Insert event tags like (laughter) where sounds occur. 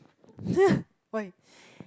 (laughs) why